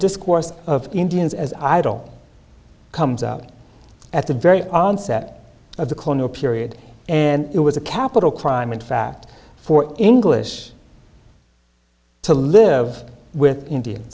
discourse of indians as idle comes out at the very onset of the corner period and it was a capital crime in fact for english to live with india